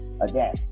again